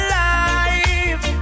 life